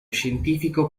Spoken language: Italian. scientifico